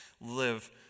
live